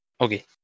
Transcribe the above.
Okay